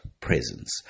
presence